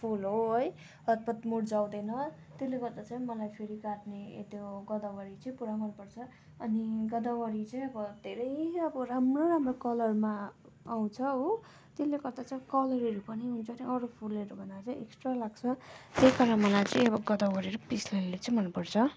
फुल हो है हतपत मुर्झाउँदैन त्यसले गर्दा चाहिँ मलाई फेरि काट्ने त्यो गोदावरी चाहिँ पुरा मन पर्छ अनि गोदावरी चाहिँ अब धेरै अब राम्रो राम्रो कलरमा आउँछ हो त्यसले गर्दा चाहिँ कलरहरू पनि हुन्छ नि अरू फुलहरू एक्स्ट्रा लाग्छ त्यही कारण मलाई चाहिँ अब गोदावरी र पिस लिली चाहिँ मनपर्छ